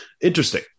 Interesting